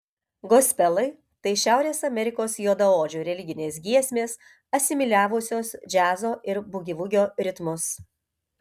gospelai tai šiaurės amerikos juodaodžių religinės giesmės asimiliavusios džiazo ir bugivugio ritmus